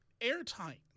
airtight